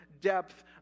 depth